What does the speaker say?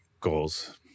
goals